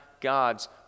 God's